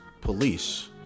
Police